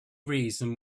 reason